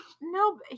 No